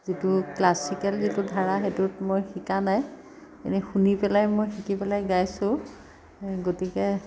যিটো ক্লাচিকেল যিটো ধাৰা সেইটোত মই শিকা নাই এনেই শুনি পেলাই মই শিকি পেলাই গাইছোঁ গতিকে